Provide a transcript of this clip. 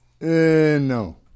no